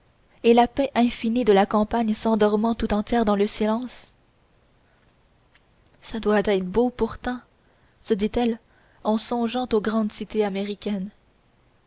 et la paix infinie de la campagne s'endormant tout entière dans le silence ça doit être beau pourtant se dit-elle en songeant aux grandes cités américaines